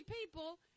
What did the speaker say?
people